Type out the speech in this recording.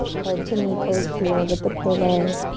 head to knee pulls here with the pillow.